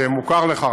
שמוכר לך,